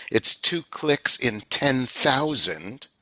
it's two clicks in ten thousand.